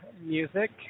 music